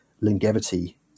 longevity